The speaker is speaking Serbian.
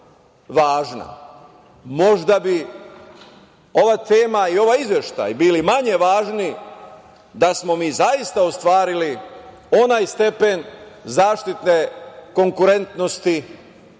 Možda bi ova tema i ovaj izveštaj bili manje važni da smo mi zaista ostvarili onaj stepen zaštitne konkurentnosti koji